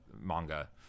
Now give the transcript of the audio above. manga